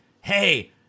hey